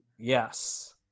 Yes